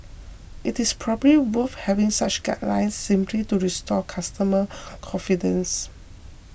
it is probably worth having such guidelines simply to restore consumer confidence